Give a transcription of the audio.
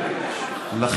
וכו'.